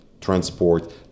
transport